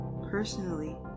personally